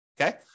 Okay